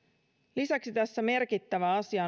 lisäksi merkittävä asia